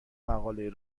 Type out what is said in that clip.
مقالهای